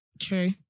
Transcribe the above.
True